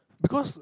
because